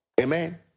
Amen